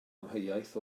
amheuaeth